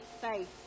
faith